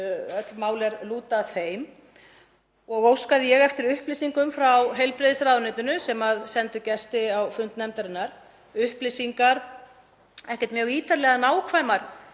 öll mál er lúta að þeim. Ég óskaði eftir upplýsingum frá heilbrigðisráðuneytinu sem sendi gesti á fund nefndarinnar, ekkert mjög ítarlegum eða nákvæmum